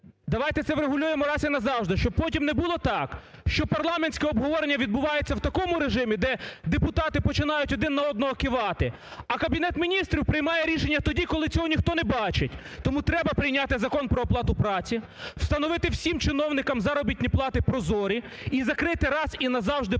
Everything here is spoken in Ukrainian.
Давайте це врегулюємо раз і назавжди, щоб потім не було так, що парламентське обговорення відбувається в такому режимі, де депутати починають один на одного кивати, а Кабінет Міністрів приймає рішення тоді, коли цього ніхто не бачить. Тому треба прийняти Закон про оплату праці, встановити всім чиновникам заробітні плати прозорі і закрити раз і назавжди